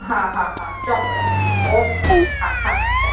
હા હા હા ચોક્કસ ઓકે હા હા ચાલો